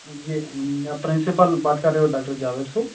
یہ آپ پرنسپل بات کر رہے ہو ڈاکٹر جاوید سر